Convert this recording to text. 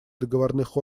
договорных